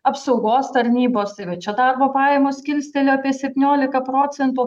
apsaugos tarnybos tai va čia darbo pajamos kilstelėjo apie septyniolika procentų